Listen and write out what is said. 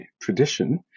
tradition